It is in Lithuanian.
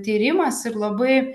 tyrimas ir labai